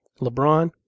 LeBron